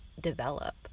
develop